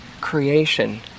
creation